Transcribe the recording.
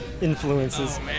influences